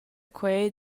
quei